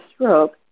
stroke